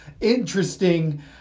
interesting